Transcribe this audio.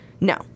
no